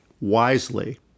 wisely